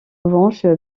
revanche